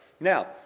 now